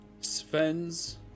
Sven's